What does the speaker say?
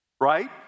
right